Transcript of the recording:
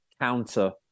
counter